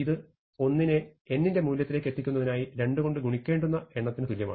ഇത് 1 നെ n ന്റെ മൂല്യത്തിലേക്കു എത്തിക്കുന്നതിനായി 2 കൊണ്ട് ഗണിക്കേണ്ടുന്ന എണ്ണത്തിന് തുല്യമാണ്